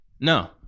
No